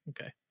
okay